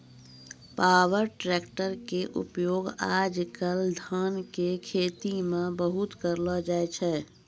power tractor के उपयोग आज कल धान के खेती मॅ बहुत करलो जाय छै